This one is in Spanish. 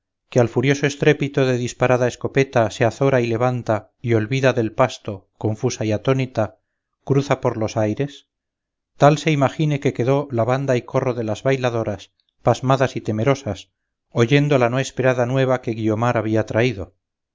que al furioso estrépito de disparada escopeta se azora y levanta y olvidada del pasto confusa y atónita cruza por los aires tal se imagine que quedó la banda y corro de las bailadoras pasmadas y temerosas oyendo la no esperada nueva que guiomar había traído